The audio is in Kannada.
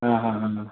ಹಾಂ ಹಾಂ ಹಾಂ ಆಂ